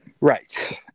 Right